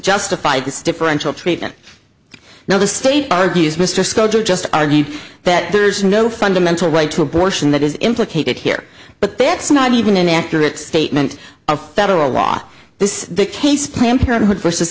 justify this differential treatment now the state argues mr scotto just argued that there is no fundamental right to abortion that is implicated here but that's not even an accurate statement of federal law this case planned parenthood versus